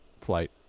flight